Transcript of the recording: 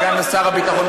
סגן שר הביטחון,